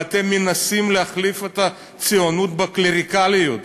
ואתם מנסים להחליף את הציונות בקלריקליות,